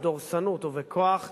בדורסנות ובכוח,